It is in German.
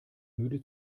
müde